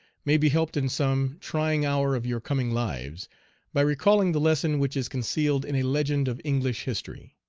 may be helped in some trying hour of your coming lives by recalling the lesson which is concealed in a legend of english history.